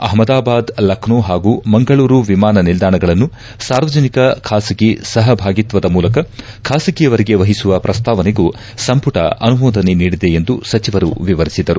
ಅಪಮದಾಬಾದ್ ಲಕ್ಕೋ ಹಾಗೂ ಮಂಗಳೂರು ವಿಮಾನ ನಿಲ್ಲಾಣಗಳನ್ನು ಸಾರ್ವಜನಿಕ ಖಾಸಗಿ ಸಹಭಾಗಿತ್ತದ ಮೂಲಕ ಖಾಸಗಿಯರಿಗೆ ವಹಿಸುವ ಪ್ರಸ್ತಾವನೆಗೂ ಸಂಪುಟ ಅನುಮೋದನೆ ನೀಡಿದೆ ಎಂದು ಸಚಿವರು ವಿವರಿಸಿದರು